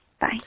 bye